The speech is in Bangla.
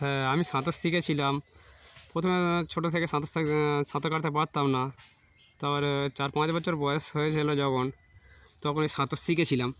হ্যাঁ আমি সাঁতার শিখেছিলাম প্রথমে ছোট থেকে সাঁতার শেখা সাঁতার কাটতে পারতাম না তার পরে ওই চার পাঁচ বছর বয়স হয়েছিল যখন তখন ওই সাঁতার শিখেছিলাম